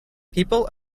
people